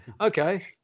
Okay